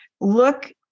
look